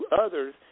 others